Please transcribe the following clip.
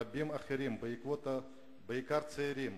רבים אחרים, בעיקר צעירים